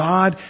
God